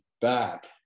back